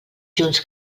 junts